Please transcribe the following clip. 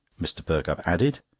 mr. perkupp added,